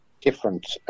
different